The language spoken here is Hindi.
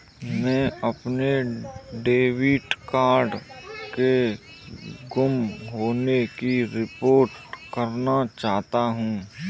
मैं अपने डेबिट कार्ड के गुम होने की रिपोर्ट करना चाहता हूँ